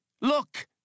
look